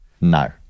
No